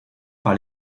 par